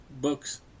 books